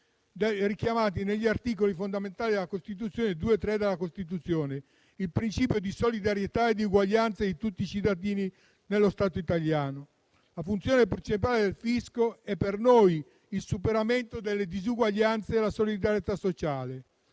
richiamato negli articoli 2 e 3 della Costituzione secondo il principio di solidarietà e di uguaglianza di tutti i cittadini dello Stato italiano. La funzione principale del fisco è per noi il superamento delle disuguaglianze e la solidarietà sociale.